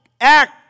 act